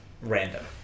random